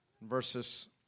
Verses